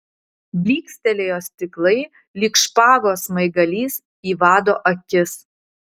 blykstelėjo stiklai lyg špagos smaigalys į vado akis